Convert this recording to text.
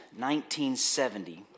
1970